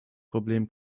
problem